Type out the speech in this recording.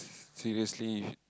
seriously